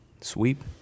sweep